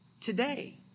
today